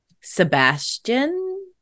Sebastian